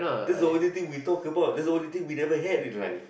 this the only thing we talk about this the only thing we ever had in life